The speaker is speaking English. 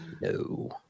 No